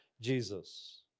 Jesus